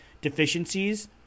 deficiencies